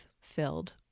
filled